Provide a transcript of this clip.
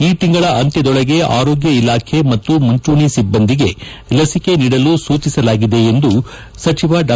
ಈ ತಿಂಗಳ ಅಂತ್ಯದೊಳಗೆ ಆರೋಗ್ಯ ಇಲಾಖೆ ಮತ್ತು ಮುಂಚೂಣಿ ಸಿಬ್ಲಂದಿಗೆ ಲಸಿಕೆ ನೀಡಲು ಸೂಚಿಸಲಾಗಿದೆ ಎಂದು ಸಚಿವ ಡಾ